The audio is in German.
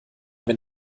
wenn